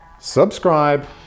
subscribe